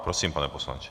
Prosím, pane poslanče.